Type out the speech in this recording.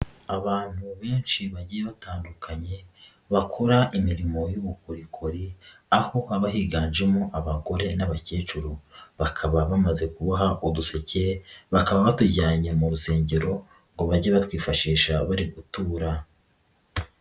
Abantu benshi bagiye batandukanye bakora imirimo y'ubukorikori, aho haba higanjemo abagore n'abakecuru, bakaba bamaze kuboha uduseke, bakaba batujyanye mu rusengero ngo bajye batwifashisha bari gutura.